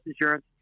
insurance